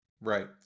Right